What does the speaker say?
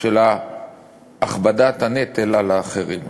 של הכבדת הנטל על האחרים.